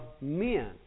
men